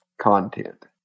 content